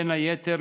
בין היתר,